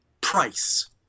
price